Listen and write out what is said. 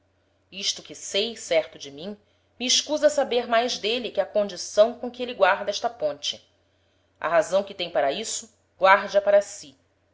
isto que sei certo de mim me escusa saber mais d'êle que a condição com que êle guarda esta ponte a razão que tem para isso guarde a para si